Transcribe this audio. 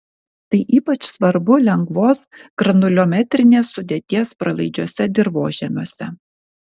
tai ypač svarbu lengvos granuliometrinės sudėties pralaidžiuose dirvožemiuose